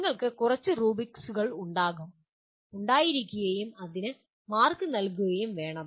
നിങ്ങൾക്ക് കുറച്ച് റൂബ്രിക്സുകൾ ഉണ്ടായിരിക്കുകയും അതിന് മാർക്ക് നൽകുകയും വേണം